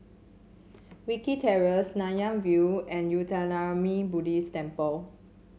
Wilkie Terrace Nanyang View and Uttamayanmuni Buddhist Temple